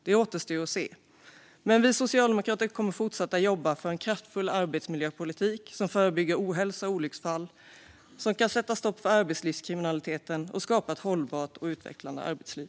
Det återstår att se, men vi socialdemokrater kommer att fortsätta jobba för en kraftfull arbetsmiljöpolitik som förebygger ohälsa och olycksfall, som kan sätta stopp för arbetslivskriminaliteten och som kan skapa ett hållbart och utvecklande arbetsliv.